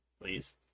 please